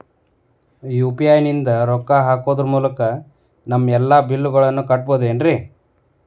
UPI ನಿಂದ ರೊಕ್ಕ ಹಾಕೋದರ ಮೂಲಕ ನಮ್ಮ ಎಲ್ಲ ಬಿಲ್ಲುಗಳನ್ನ ಕಟ್ಟಬಹುದೇನ್ರಿ?